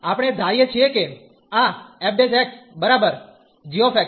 આપણે ધારીએ છીએ કે આ f g